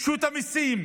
רשות המיסים